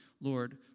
Lord